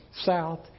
south